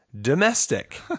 domestic